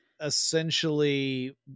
essentially